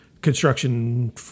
construction